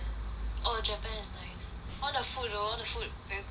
orh japan is nice all the food though all the food very good